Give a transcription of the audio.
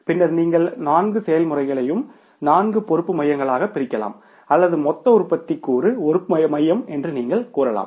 பின்னர் நீங்கள் நான்கு செயல்முறைகளையும் நான்கு பொறுப்பு மையங்களாகப் பிரிக்கலாம் அல்லது மொத்த உற்பத்தி கூறு ஒரு பொறுப்பு மையம் என்று நீங்கள் கூறலாம்